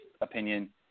opinion